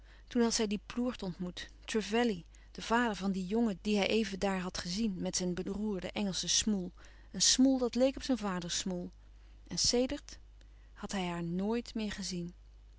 toen had zij dien ploert ontmoet trevelley de vader van dien jongen dien hij even daar had gezien met zijn beroerde engelsche smoel een smoel dat leek op zijn vaders smoel en sedert had hij haar nooit meer gezien